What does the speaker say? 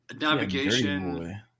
Navigation